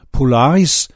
Polaris